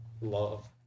love